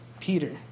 Peter